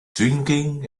drinking